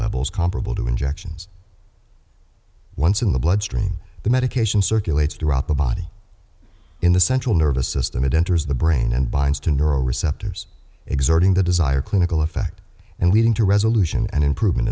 levels comparable to injections once in the bloodstream the medication circulates throughout the body in the central nervous system it enters the brain and binds to neural receptors exerting the desired clinical effect and leading to resolution and improvement